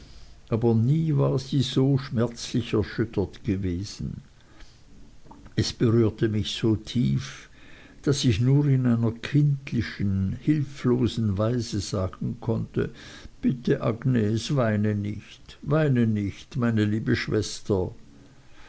aber nie war sie so schmerzlich erschüttert gewesen es berührte mich so tief daß ich nur in einer kindischen hilflosen weise sagen konnte bitte agnes weine nicht weine nicht meine liebe schwester